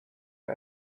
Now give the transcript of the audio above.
are